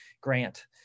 grant